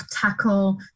tackle